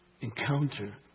encounter